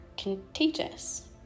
contagious